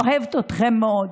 אוהבת אתכם מאוד.